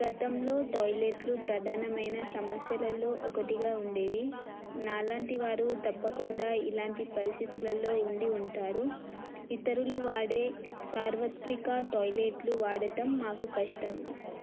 గతంలో టాయిలెట్లు ప్రధానమైన సమస్యలల్లో ఒకటిగా ఉండేవి నాలాంటి వారు తప్పకుండా ఇలాంటి పరిస్థితులల్లో ఉండి ఉంటారు ఇతరులు వాడే సార్వత్రిక టాయిలెట్లు వాడటం మాకు కష్టం